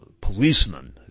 policemen